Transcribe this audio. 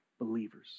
believers